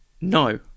No